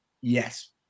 Yes